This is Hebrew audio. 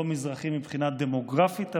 לא מזרחי מבחינה דמוגרפית,